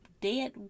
dead